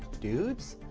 dudes?